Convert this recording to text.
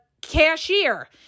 cashier